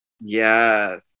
Yes